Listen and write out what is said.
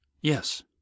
Yes